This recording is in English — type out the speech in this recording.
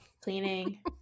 cleaning